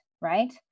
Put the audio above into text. right